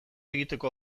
egiteko